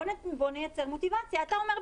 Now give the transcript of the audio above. אתה אומר,